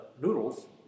noodles